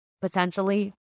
potentially